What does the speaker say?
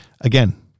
Again